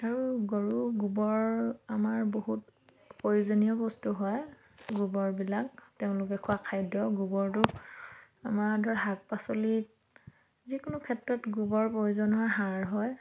আৰু গৰু গোবৰ আমাৰ বহুত প্ৰয়োজনীয় বস্তু হয় গোবৰবিলাক তেওঁলোকে খোৱা খাদ্য গোবৰটো আমাৰ ধৰ শাক পাচলিত যিকোনো ক্ষেত্ৰত গোবৰ প্ৰয়োজন হোৱাৰ সাৰ হয়